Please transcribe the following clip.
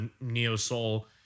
neo-soul